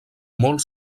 molt